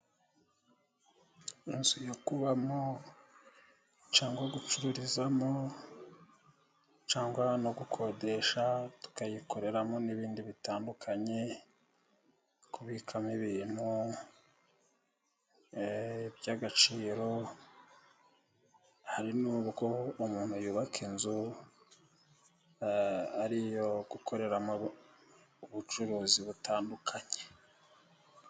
Inzu yo kubamo cyangwa gucururizamo cyangwa no gukodesha, tukayikoreramo n'ibindi bitandukanye, kubikamo ibintu by'agaciro, hari n'ubwo umuntu yubaka inzu ari iyo gukoreramo ubucuruzi butandukanye.